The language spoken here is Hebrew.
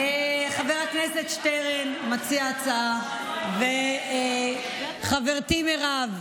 חבר הכנסת שטרן מציע הצעה, וחברתי מירב,